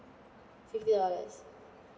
fifty dollars